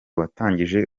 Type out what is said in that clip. watangije